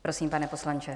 Prosím, pane poslanče.